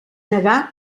negar